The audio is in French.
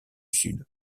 sud